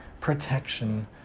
protection